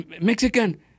Mexican